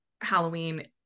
Halloween